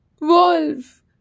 Wolf